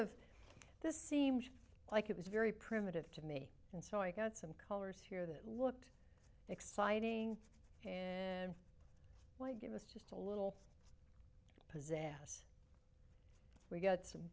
of this seemed like it was very primitive to me and so i got some colors here that looked exciting and it was just a little possess we got some